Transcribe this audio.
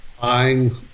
buying